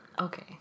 Okay